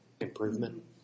improvement